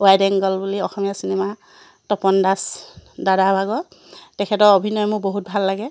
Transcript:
wide angle বুলি Asomiya cinema Tapan Das দাদাৰ ভাগৰ তেখেতৰ অভিনয় মোৰ বহুত ভাল লাগে